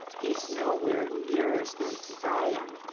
he's nowhere near as nice as i am.